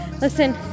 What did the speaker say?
Listen